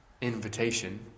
Invitation